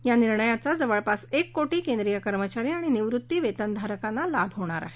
या निर्णयाचा जवळपास एक कोटी केंद्रीय कर्मचारी आणि निवृत्तीवेतन धारकांना लाभ होणार आहे